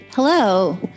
Hello